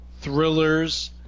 thrillers